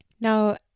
Now